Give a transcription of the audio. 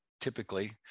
typically